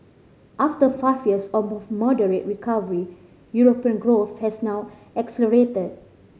after five years of moderate recovery European growth has now accelerated